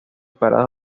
paradas